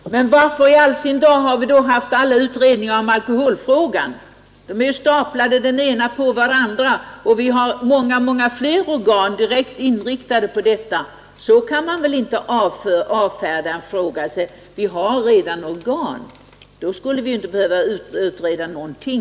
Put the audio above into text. Fru talman! Varför i all sin dar har vi då haft alla utredningar om alkoholfrågan? De är ju staplade den ena på den andra. Och vi har ju många fler organ direkt inriktade på detta problem. Man kan väl inte avfärda frågan genom att säga att vi har redan organ. Då skulle vi ju knappast behöva utreda någonting.